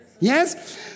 Yes